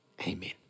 amen